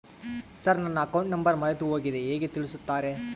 Sir ನನ್ನ account number ಮರೆತುಹೋಗಿದೆ ಹೇಗೆ ತಿಳಿಸುತ್ತಾರೆ?